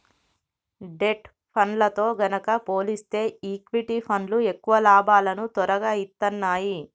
debt ఫండ్లతో గనక పోలిస్తే ఈక్విటీ ఫండ్లు ఎక్కువ లాభాలను తొరగా ఇత్తన్నాయి